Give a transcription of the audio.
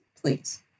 Please